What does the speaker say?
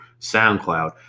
SoundCloud